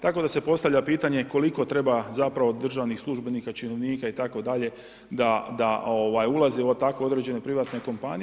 Tako da se postavlja pitanje koliko treba zapravo državnih službenika, činovnika itd. da ulazi u takve određene privatne kompanije.